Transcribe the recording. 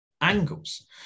Angles